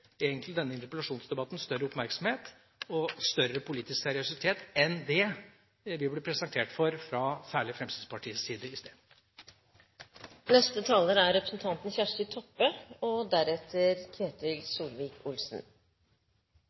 denne interpellasjonsdebatten egentlig større oppmerksomhet og større politisk seriøsitet enn det vi har blitt presentert for – særlig fra Fremskrittspartiets side i sted. Takk til interpellanten. Eg er